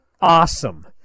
awesome